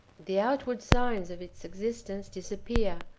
the outward signs of its existence disappear,